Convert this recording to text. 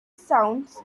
sounds